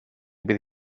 bydd